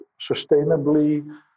sustainably